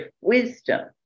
wisdom